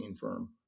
firm